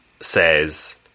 says